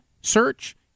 search